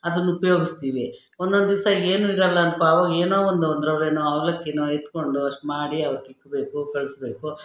ಅದನ್ನ ಉಪಯೋಗಿಸ್ತೀವಿ ಒಂದೊಂದು ದಿವ್ಸ ಏನು ಇರೋಲ್ಲಪ್ಪ ಅವಾಗೇನೋ ಒಂದು ರವೆ ಅವಲಕ್ಕಿ ಎತ್ಕೊಂಡು ಅಷ್ಟು ಮಾಡಿ ಅವ್ರ್ಗೆ ಇಕ್ಬೇಕು ಕಳಿಸ್ಬೇಕು